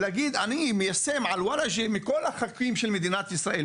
ולהגיד שמתוך כל החוקים של מדינת ישראל,